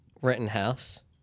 Rittenhouse